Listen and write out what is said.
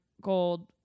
Gold